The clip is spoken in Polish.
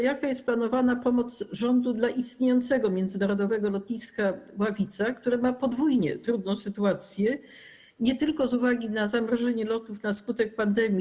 Jaka jest planowana pomoc rządu dla istniejącego międzynarodowego lotniska w Ławicach, które ma podwójnie trudną sytuację, nie tylko z uwagi na zamrożenie lotów na skutek pandemii.